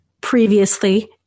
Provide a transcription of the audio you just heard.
previously